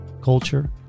culture